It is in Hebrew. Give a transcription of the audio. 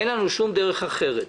אין לנו שום דרך אחרת.